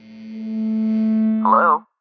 Hello